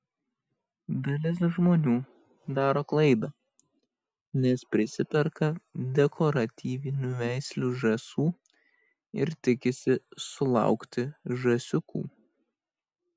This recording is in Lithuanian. dalis žmonių daro klaidą nes prisiperka dekoratyvinių veislių žąsų ir tikisi sulaukti žąsiukų